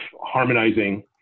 harmonizing